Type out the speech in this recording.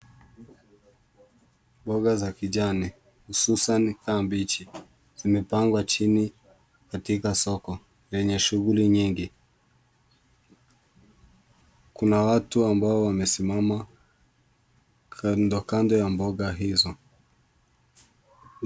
Mboga za kijani hususan kabeji zimepangwa chini katika soko yenye shughuli nyingi. Kuna watu ambao wamesimama kando kando ya mboga hizo.